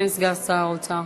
כן, סגן שר האוצר.